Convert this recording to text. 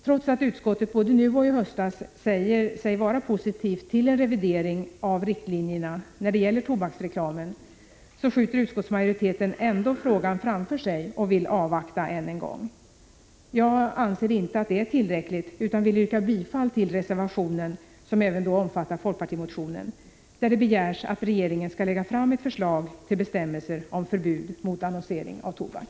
Trots att utskottet både nu och i höstas säger sig vara positivt till en revidering av riktlinjerna när det gäller tobaksreklamen, skjuter utskottsmajoriteten frågan framför sig och vill avvakta än en gång. Jag anser inte att det är tillräckligt, utan vill yrka bifall till reservationen som även omfattar folkpartimotionen, där det begärs att regeringen skall lägga fram ett förslag till bestämmelser om förbud mot annonsering av tobak.